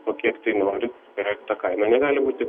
po kiek tai norit ta kaina negali būti tokia